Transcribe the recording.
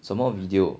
什么 video